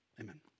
Amen